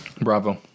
Bravo